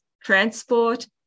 transport